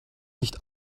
nicht